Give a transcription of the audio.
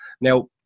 Now